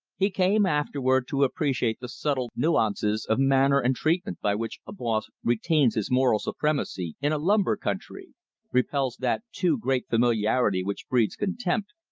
he came afterward to appreciate the subtle nuances of manner and treatment by which a boss retains his moral supremacy in a lumber country repels that too great familiarity which breeds contempt,